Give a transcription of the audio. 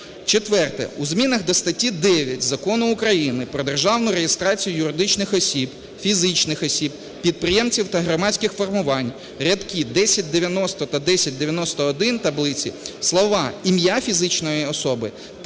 Четверте. У змінах до статті 9 Закону України "Про державну реєстрацію юридичних осіб, фізичних осіб-підприємців та громадських формувань" рядки 1090 та 1091 таблиці слова "ім'я фізичної особи